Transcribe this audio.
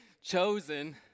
chosen